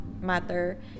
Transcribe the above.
matter